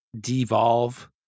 devolve